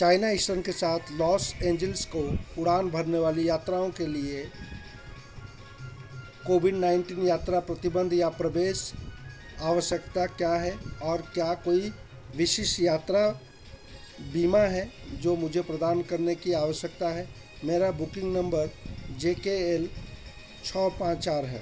China Eastern के साथ Los Angeles को उड़ान भरने वाली यात्राओं के लिए कोविड नाइन्टीन यात्रा प्रतिबन्ध या प्रवेश आवश्यकता क्या है और क्या कोई विशिष्ट यात्रा बीमा है जो मुझे प्रदान करने की आवश्यकता है मेरा booking number J K L छह पाँच चार है